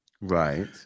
Right